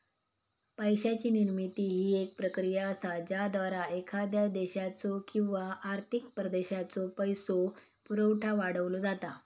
पैशाची निर्मिती ही प्रक्रिया असा ज्याद्वारा एखाद्या देशाचो किंवा आर्थिक प्रदेशाचो पैसो पुरवठा वाढवलो जाता